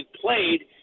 played